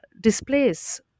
displace